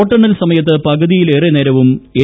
വോട്ടെണ്ണൽ സമയത്ത് പകുതിയിലേറെ നേരവും എൻ